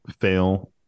fail